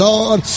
Lord